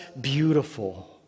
beautiful